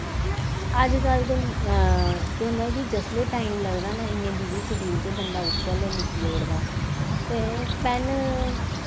अजकल्ल ते केह् होंदा कि जिसले टाइम लगदा ना इन्नै बिजी शडयूल च बंदा उसलै लिखी ओड़दा ते पैन्न